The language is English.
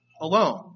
alone